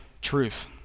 truth